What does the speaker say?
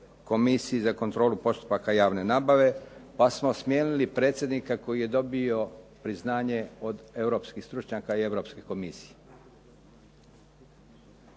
Komisiji za kontrolu postupaka javne nabave, pa smo smijenili predsjednika koji je dobio priznanje od Europskih stručnjaka i Europske komisije.